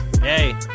Hey